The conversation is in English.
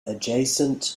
adjacent